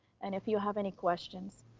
and if you have any questions.